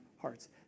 hearts